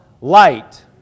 light